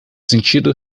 sentido